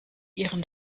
ihren